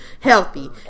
healthy